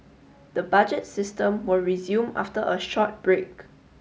the budget system will resume after a short break